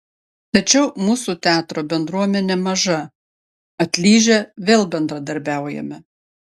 tačiau mūsų teatro bendruomenė maža atlyžę vėl bendradarbiaujame